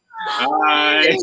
Hi